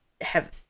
have-